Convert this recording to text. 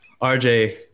RJ